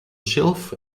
shelf